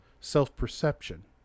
self-perception